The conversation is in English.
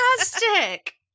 Fantastic